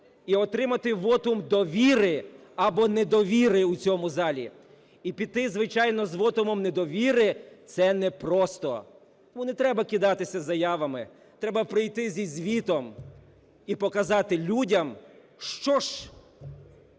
і отримати вотум довіри або недовіри у цьому залі. І піти, звичайно, з вотумом недовіри – це непросто, тому не треба кидатися заявами, треба прийти зі звітом і показати людям, що ж